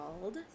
called